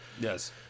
Yes